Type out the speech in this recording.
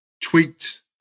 tweaked